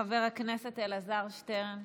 חבר הכנסת אלעזר שטרן,